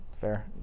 fair